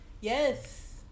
Yes